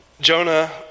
Jonah